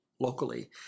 locally